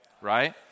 right